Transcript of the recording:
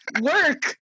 work